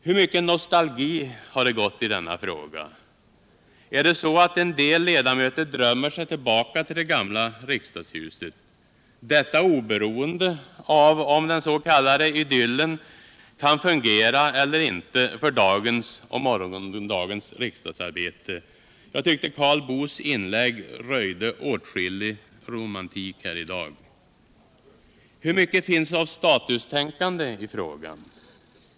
Hur mycket nostalgi har det gått i denna fråga? Är det så att en del ledamöter drömmer sig tillbaka till det gamla riksdagshuset, oberoende av om ”idyllen” kan fungera eller inte för dagens och morgondagens riksdagsarbete? Jag tyckte Karl Boos inlägg röjde åtskillig romantik här i dag. Hur mycket finns av statustänkande i frågan?